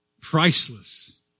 priceless